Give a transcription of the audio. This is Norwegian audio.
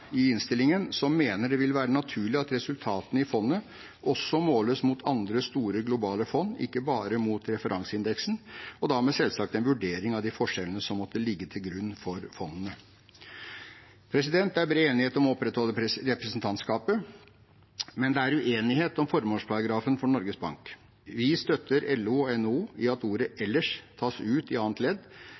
i innstillingen at det vil være naturlig at resultatene i fondet også måles mot andre, store globale fond, ikke bare mot referanseindeksen, og da selvsagt med en vurdering av de forskjellene som måtte ligge til grunn for fondene. Det er bred enighet om å opprettholde representantskapet. Men det er uenighet om formålsparagrafen for Norges Bank. Vi støtter LO og NHO i at man tar ut ordet «ellers» i annet ledd,